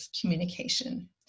communication